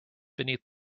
beneath